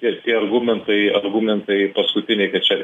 ir tie argumentai argumentai paskutiniai kad čia